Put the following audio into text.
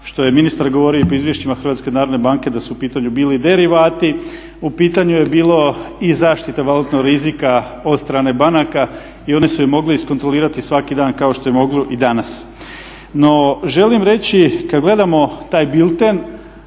što je ministar govorio i po izvješćima Hrvatske narodne banke da su u pitanju bili derivati, u pitanju je bilo i zaštita valutnog rizika od strane banaka i one su je mogle iskontrolirati svaki dan kao što je mogu i danas. No, želim reći kad gledamo taj bilten